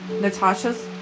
Natasha's